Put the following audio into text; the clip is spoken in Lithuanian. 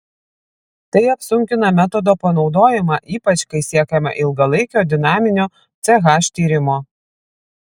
tai apsunkina metodo panaudojimą ypač kai siekiama ilgalaikio dinaminio ch tyrimo